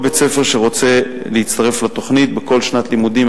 כל בית-ספר שרוצה להצטרף לתוכנית בכל שנת לימודים,